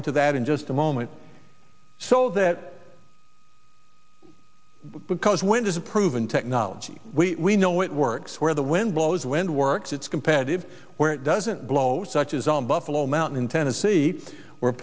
into that in just a moment so that because wind is a proven technology we know it works where the wind blows wind works its competitive where it doesn't blow such as on buffalo mountain in tennessee we're